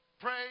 pray